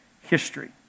history